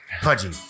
Pudgy